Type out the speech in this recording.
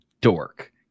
dork